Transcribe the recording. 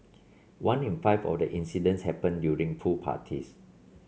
one in five of the incidents happened during pool parties